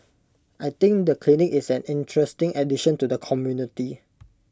I think the clinic is an interesting addition to the community